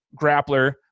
grappler